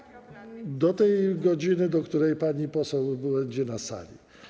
Do tej godziny, do której pani poseł będzie na sali.